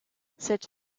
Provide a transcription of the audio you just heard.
cette